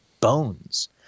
bones